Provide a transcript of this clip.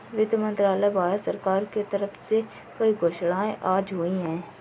वित्त मंत्रालय, भारत सरकार के तरफ से कई घोषणाएँ आज हुई है